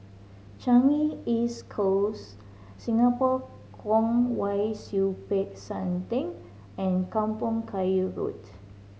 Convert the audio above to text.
Changi East Close Singapore Kwong Wai Siew Peck San Theng and Kampong Kayu Road